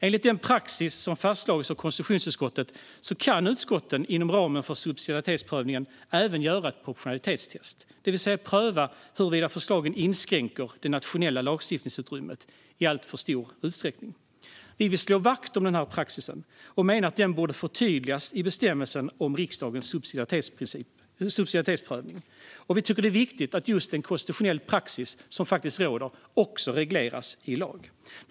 Enligt den praxis som fastslagits av konstitutionsutskottet kan utskotten inom ramen för subsidiaritetsprövningen även göra ett proportionalitetstest, det vill säga pröva huruvida förslagen inskränker det nationella lagstiftningsutrymmet i alltför stor utsträckning. Vi vill slå vakt om denna praxis och menar att den borde förtydligas i bestämmelsen om riksdagens subsidiaritetsprövning. Vi tycker att det är viktigt att just den konstitutionella praxis som råder också regleras i lag.